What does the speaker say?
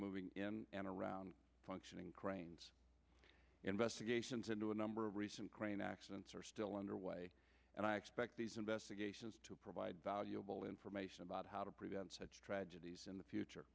moving in and around functioning cranes investigations into a number of recent crane accidents are still underway and i expect these investigations to provide valuable information about how to prevent such tragedies in the future